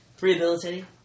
Rehabilitating